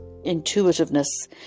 Intuitiveness